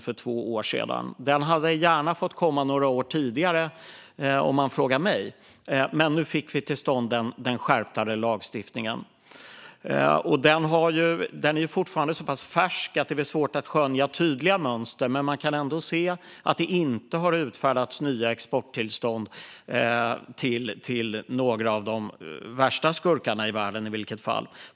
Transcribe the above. För mig hade den gärna fått komma några år tidigare, men vi fick i alla fall till stånd en skärpt lagstiftning. Lagstiftningen är fortfarande färsk, och därför är det svårt att skönja tydliga mönster. Men vi kan se att det i alla fall inte har utfärdats nya exporttillstånd till några av de värsta skurkarna i världen.